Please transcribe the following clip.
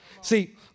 See